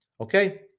okay